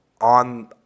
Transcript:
on